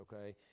okay